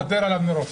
עדיף לוותר עליו מראש.